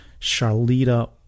Charlita